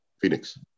Phoenix